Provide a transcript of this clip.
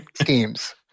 schemes